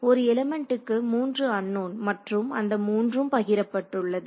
ஒரு எலிமெண்ட்கக்கு 3 அன்னோன் மற்றும் அந்த மூன்றும் பகிரப்பட்டுள்ளது